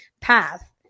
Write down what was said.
path